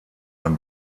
ein